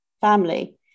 family